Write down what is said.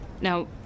Now